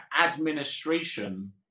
administration